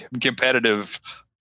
competitive